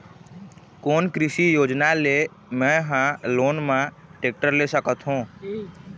कोन कृषि योजना ले मैं हा लोन मा टेक्टर ले सकथों?